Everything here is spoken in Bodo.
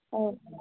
औ